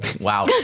Wow